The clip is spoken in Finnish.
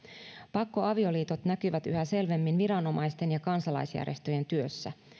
pakkoavioliitot näkyvät yhä selvemmin viranomaisten ja kansalaisjärjestöjen työssä